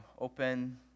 open